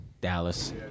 Dallas